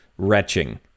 Wretching